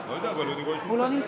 נמצא,